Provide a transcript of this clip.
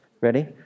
Ready